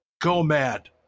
go-mad